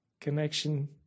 connection